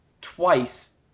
twice